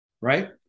Right